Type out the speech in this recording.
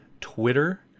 Twitter